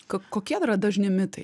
ko kokie dažni mitai